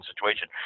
situation